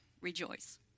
rejoice